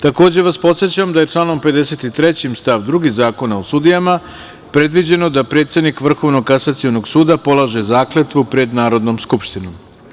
Takođe vas podsećam da je članom 53. stav 2. Zakona o sudijama predviđeno da predsednik Vrhovnog kasacionog suda polaže zakletvu pred Narodnom skupštinom.